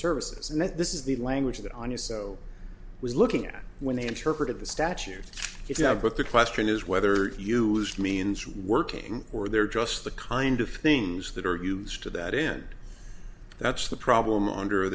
services and that this is the language that i knew so was looking at when they interpreted the statute yeah but the question is whether you means working or there are just the kind of things that are used to that end that's the problem under